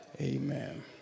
Amen